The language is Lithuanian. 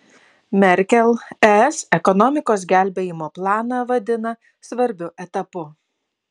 merkel es ekonomikos gelbėjimo planą vadina svarbiu etapu